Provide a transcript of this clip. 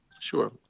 Sure